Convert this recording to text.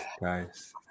guys